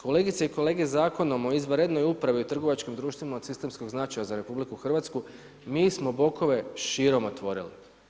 Kolegice i kolege, Zakonom o izvanrednoj upravi u trgovačkim društvima od sistemskog značaja za RH mi smo bokove širom otvorili.